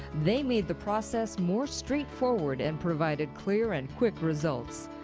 they made the process more straightforward and provided clear and quick results.